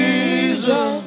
Jesus